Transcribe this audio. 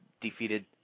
defeated